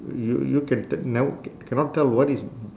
you you can t~ never c~ cannot tell what is